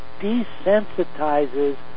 desensitizes